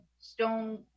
stone